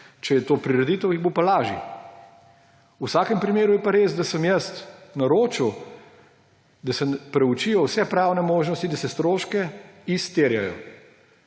Če je to prireditev, jih bo pa lažje. V vsakem primeru je pa res, da sem jaz naročil, da se proučijo vse pravne možnosti, da se stroški izterjajo.